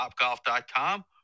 topgolf.com